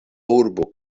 urbo